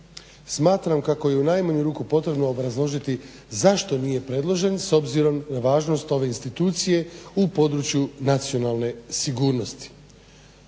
Smatram kako i u najmanju ruku potrebno obrazložiti zašto nije predložen s obzirom na važnost ove institucije u području nacionalne sigurnosti.